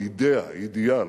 אידיאה, אידיאל.